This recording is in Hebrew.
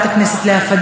אינה נוכחת,